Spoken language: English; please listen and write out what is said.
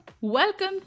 Welcome